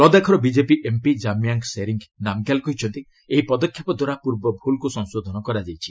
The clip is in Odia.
ଲଦାଖର ବିଜେପି ଏମ୍ପି ଜାମିୟାଙ୍ଗ୍ ସେରିଙ୍ଗ୍ ନାମ୍ଗ୍ୟାଲ୍ କହିଛନ୍ତି ଏହି ପଦକ୍ଷେପ ଦ୍ୱାରା ପର୍ବ ଭୁଲ୍କୁ ସଂଶୋଧନ କରାଯାଇଛି